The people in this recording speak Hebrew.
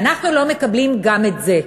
ואנחנו לא מקבלים גם את זה.